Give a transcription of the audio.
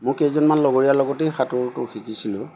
মোৰ কেইজনমান লগৰীয়া লগতেই সাঁতোৰটো শিকিছিলোঁ